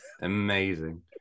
Amazing